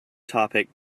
topic